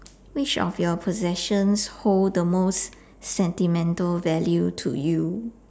which of your possessions hold the most sentimental value to you